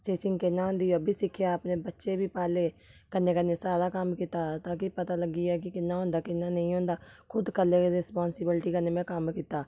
stitching कि'यां होंदी ऐ ओह् बी सिक्खेआ कन्नै अपने बच्चे पाले कन्नै कन्नै सारा कम्म कीता ताकि पता लग्गी जाए कि कि'यां होंदा कि'यां नेईं होंदा खुद कल्लै रिस्पांसिबिल्टी कन्नै में कम्म कीता